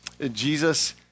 Jesus